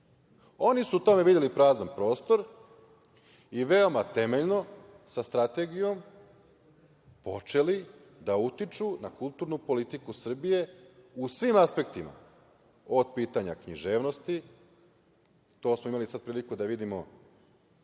su u tome videli prazan prostor i veoma temeljno, sa strategijom, počeli da utiču na kulturnu politiku Srbije u svim aspektima, od pitanja književnosti, to smo imali sad priliku da vidimo